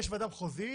יש ועדה מחוזית,